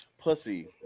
pussy